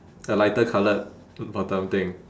a lighter coloured bottom thing